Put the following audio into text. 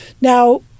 Now